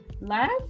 Last